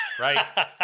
right